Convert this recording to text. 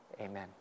amen